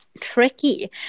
tricky